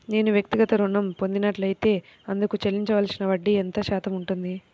నేను వ్యక్తిగత ఋణం పొందినట్లైతే అందుకు చెల్లించవలసిన వడ్డీ ఎంత శాతం ఉంటుంది?